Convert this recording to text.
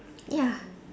ya